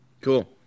Cool